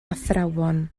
athrawon